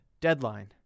deadline